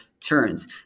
turns